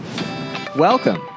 Welcome